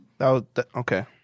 okay